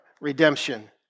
redemption